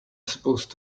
supposed